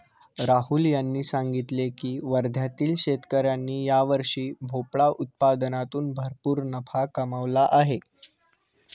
राहुल यांनी सांगितले की वर्ध्यातील शेतकऱ्यांनी यावर्षी भोपळा उत्पादनातून भरपूर नफा कमावला आहे